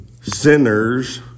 Sinners